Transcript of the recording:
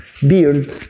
Beard